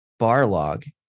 barlog